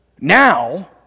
Now